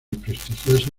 prestigiosa